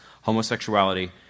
homosexuality